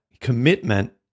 commitment